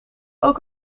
ook